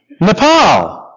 Nepal